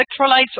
electrolytes